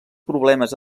problemes